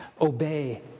Obey